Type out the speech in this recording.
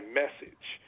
message